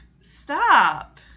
Stop